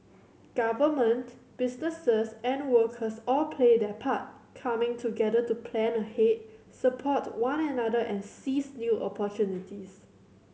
government businesses and workers all play their part coming together to plan ahead support one another and seize new opportunities